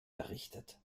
errichtet